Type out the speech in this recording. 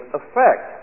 effect